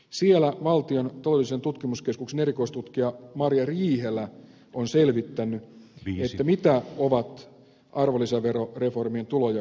siellä valtion taloudellisen tutkimuskeskuksen erikoistutkija marja riihelä on selvittänyt mitä ovat arvonlisäveroreformin tulojakovaikutukset